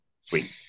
Sweet